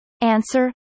Answer